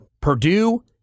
Purdue